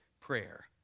prayer